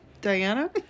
Diana